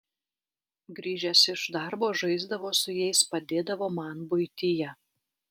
grįžęs iš darbo žaisdavo su jais padėdavo man buityje